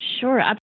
Sure